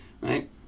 right